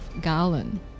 Garland